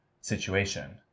situation